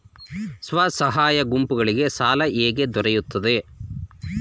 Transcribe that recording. ಸ್ವಸಹಾಯ ಗುಂಪುಗಳಿಗೆ ಸಾಲ ಹೇಗೆ ದೊರೆಯುತ್ತದೆ?